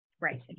Right